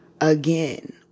Again